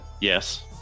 Yes